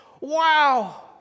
Wow